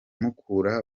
mukura